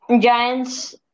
Giants